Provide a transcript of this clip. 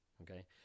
okay